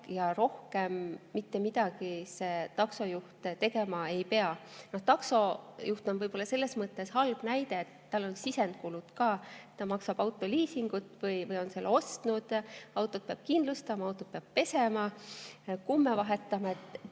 ja rohkem mitte midagi see taksojuht tegema ei pea. Taksojuht on võib-olla selles mõttes halb näide, et tal on sisendkulud ka, ta maksab autoliisingut või on selle [auto] ostnud, autot peab kindlustama, autot peab pesema, kumme vahetama.